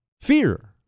Fear